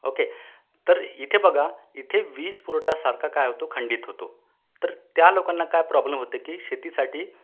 okay तर इथे बघा इथे वीज पुरवठा सारखा काय होतो खंडित होतो तर त्या लोकांना काय प्रॉब्लम होते की शेतीसाठी